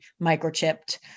microchipped